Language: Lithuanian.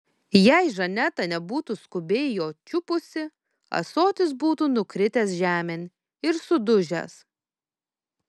jei žaneta nebūtų skubiai jo čiupusi ąsotis būtų nukritęs žemėn ir sudužęs